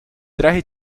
traje